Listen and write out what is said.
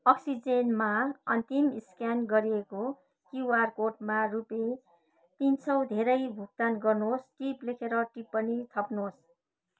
अक्सिजनमा अन्तिम स्क्यान गरिएको क्युआर कोडमा रुपियाँ तिन सय धेरै भुक्तान गर्नुहोस् टिप लेखेर टिप्पणी थप्नुहोस्